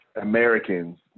Americans